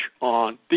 on